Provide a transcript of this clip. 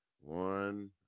one